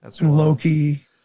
Loki